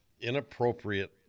inappropriate